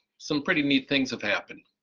some pretty neat things have happened.